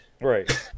right